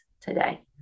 today